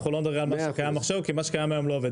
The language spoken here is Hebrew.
מה שקיים היום לא עובד.